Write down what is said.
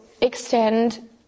extend